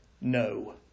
No